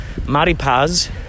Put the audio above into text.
Maripaz